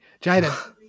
Jaden